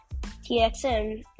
TXM